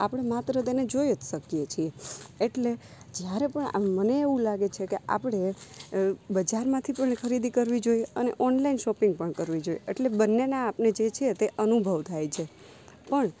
આપણે માત્ર તેને જોઈ જ શકીએ છે એટલે જ્યારે પણ આમ મને એવું લાગે છે કે આપણે બજારમાંથી થોડી ખરીદી કરવી જોઈએ અને ઓનલાઇન શોપિંગ પણ કરવી જોઈએ એટલે બંનેના આપણને જે છે તે અનુભવ થાય છે પણ